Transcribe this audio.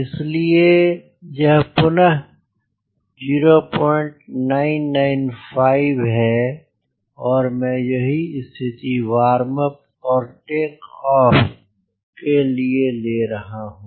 इसलिए यह पुनः 0995 है मैं यही स्थिति वार्म अप और टेक ऑफ के लिए ले रहा हूँ